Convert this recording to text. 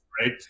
right